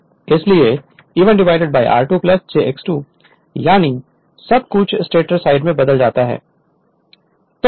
Refer Slide Time 3449 इसलिए 2 ' E 1 divided r2 ' j X 2 ' यानी सब कुछ स्टेटर साइड में बदल जाता है